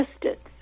distance